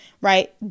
right